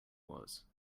was